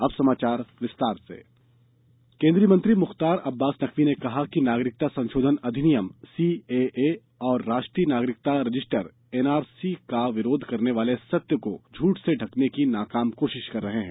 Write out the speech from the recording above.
अब समाचार विस्तार से नकवी केन्द्रीय मंत्री मुख्तार अब्बास नकवी ने कहा है कि नागरिकता संशोधन अधिनियम सीएए और राष्ट्रीय नागरिकता रजिस्टर एनआरसी का विरोध करने वाले सत्य को झूठ से ढकने की नाकाम कोशिश कर रहे हैं